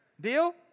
Deal